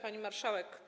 Pani Marszałek!